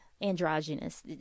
Androgynous